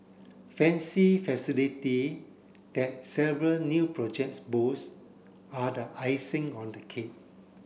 fancy facility that several new projects boast are the icing on the cake